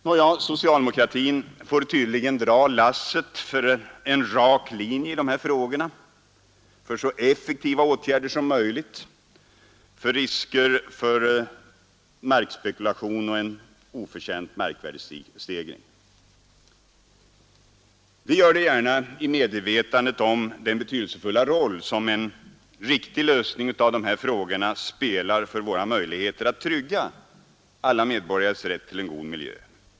Nåja, socialdemokratin får tydligen dra lasset för en rak linje i dessa frågor, för så effektiva åtgärder som möjligt mot risker för markspekulation och en oförtjänt markvärdestegring. Vi gör det gärna i medvetandet om den betydelsefulla roll som en riktig lösning av dessa frågor spelar för våra möjligheter att trygga alla medborgares rätt till en god miljö.